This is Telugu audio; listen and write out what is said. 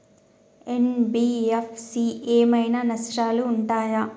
ఎన్.బి.ఎఫ్.సి ఏమైనా నష్టాలు ఉంటయా?